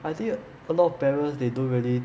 I think a lot of parents they don't really